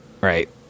Right